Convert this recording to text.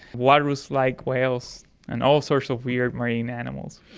walrus-like whales and all sorts of weird marine animals.